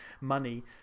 money